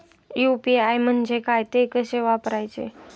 UPI म्हणजे काय, ते कसे वापरायचे?